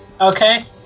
Okay